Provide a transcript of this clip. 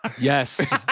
Yes